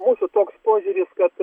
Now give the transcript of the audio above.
mūsų toks požiūris kad